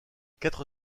quatre